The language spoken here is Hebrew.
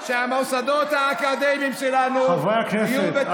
שהמוסדות האקדמיים שלנו -- חברי הכנסת,